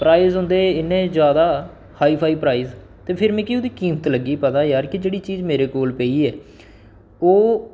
prize उं'दे इ'न्ने जादा हाई फाई प्राइज़ ते फिर मिकी उं'दी कीमत लग्गी पता की जेह्ड़ी चीज मेरे कोल पेई ऐ ओह्